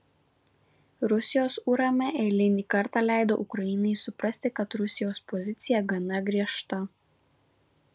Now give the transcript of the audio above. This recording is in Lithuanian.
rusijos urm eilinį kartą leido ukrainai suprasti kad rusijos pozicija gana griežta